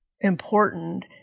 important